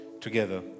together